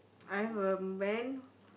I've a man